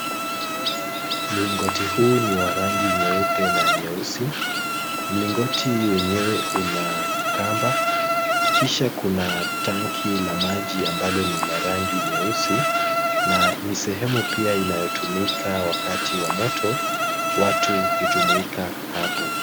Mlingoti huu ni wa rangi nyeupe na nyeusi, mlingoti wenyewe una kamba, kisha kuna tanki la maji ambalo ni la rangi nyeusi na ni sehemu pia inayotumika wakati wa moto, watu hujumuika hapo.